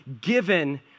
given